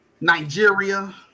Nigeria